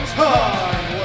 time